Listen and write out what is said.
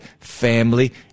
family